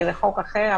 זה חוק אחר.